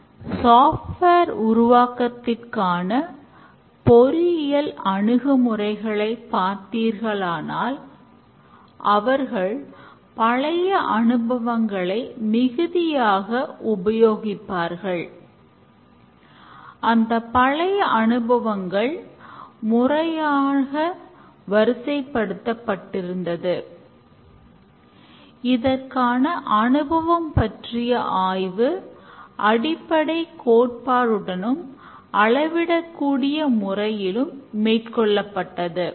scrum master என்னும் திட்ட மேலாளர் ஸ்கரம் செயல்முறைகளை ஆராய்ந்து குழு உறுப்பினர்கள் சந்திக்கும் பிரச்சினைகளை தீர்வு காண உதவுவார் மேலும் பயனாளிகளுடன் தொடர்பு உடையவராகவும் உயர்குழுக்களுடன் தொடர்பு உடையவராகவும் இருந்து வெளியிலிருந்து தலையீடு இல்லாமல் பார்த்துக் கொள்கிறார்